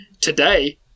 today